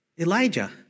Elijah